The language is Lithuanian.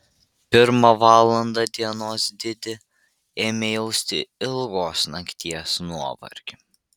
pirmą valandą dienos didi ėmė jausti ilgos nakties nuovargį